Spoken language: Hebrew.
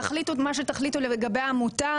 תחליטו את מה שתחליטו לגבי העמותה,